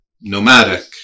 nomadic